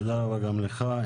תודה רבה גם לך.